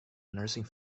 nursing